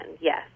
Yes